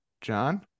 John